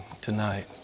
tonight